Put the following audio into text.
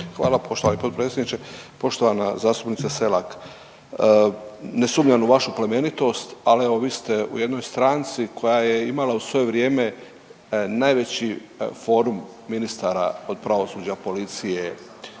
Hvala poštovani potpredsjedniče. Poštovana zastupnice Selak, ne sumnjam u vašu plemenitost, ali evo vi ste u jednoj stranci koja je imala u svoje vrijeme najveći forum ministara od pravosuđa, policije,